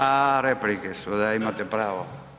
A replike su, da imate pravo.